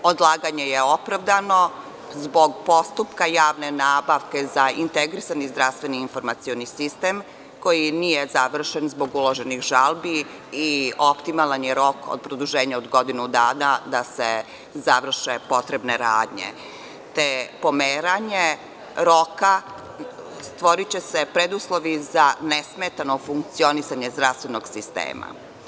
Odlaganje je opravdano zbog postupka javne nabavke za integrisani zdravstveni informacioni sistem koji nije završen zbog uloženih žalbi i optimalan je rok od produženja od godinu dana da se završe potrebne radnje te pomeranje roka stvoriće se preduslovi za nesmetano funkcionisanje zdravstvenog sistema.